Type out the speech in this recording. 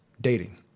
dating